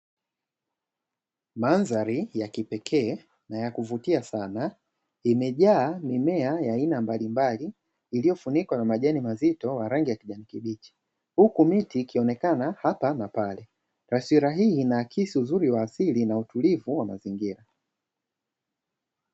Mandhari ya kipekee na ya kuvutia sana, imejaa mimea ya aina mbalimbali iliyofunikwa na majani mazito ya rangi ya kijani kibichi, huku miti ikionekana hapa na pale. Taswira hii inaakisi uzuri wa asili na utulivu wa mazingira.